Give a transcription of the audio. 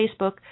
Facebook